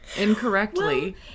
incorrectly